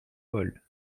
paul